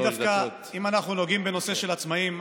אם אנחנו נוגעים בנושא של עצמאים,